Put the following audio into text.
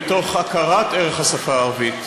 מתוך הכרת ערך השפה הערבית,